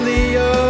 Leo